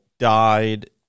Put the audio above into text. died